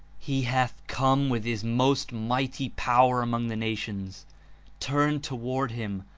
he hath come with his most mighty power among the nations turn toward him,